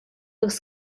looked